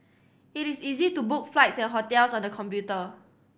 it is easy to book flights and hotels on the computer